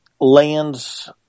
lands